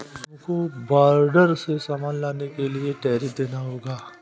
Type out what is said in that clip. तुमको बॉर्डर से सामान लाने के लिए टैरिफ देना होगा